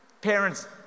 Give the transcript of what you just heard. parents